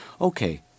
Okay